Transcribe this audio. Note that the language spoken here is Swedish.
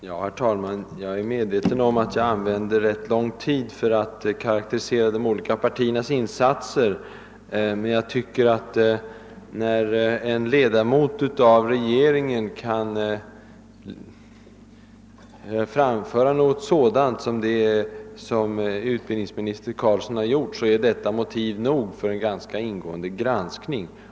Herr talman! Jag är medveten om att jag använde rätt lång tid för att karaktärisera de olika partiernas insatser. När en ledamot av regeringen kan ut-, tala sig som utbildningsminister Carlsson gjorde, är detta motiv nog för en ganska ingående granskning.